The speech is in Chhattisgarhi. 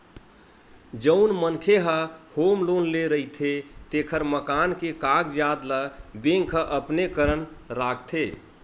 जउन मनखे ह होम लोन ले रहिथे तेखर मकान के कागजात ल बेंक ह अपने करन राखथे